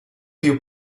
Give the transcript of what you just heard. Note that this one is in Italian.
più